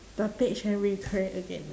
the page and recreate again